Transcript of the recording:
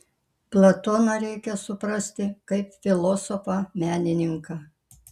platoną reikia suprasti kaip filosofą menininką